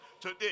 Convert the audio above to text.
today